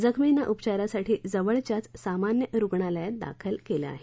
जखमींना उपचारासाठी जवळच्याच सामान्य रुग्णालयात दाखल केलं आहे